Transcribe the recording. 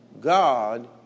God